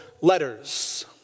letters